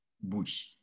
bush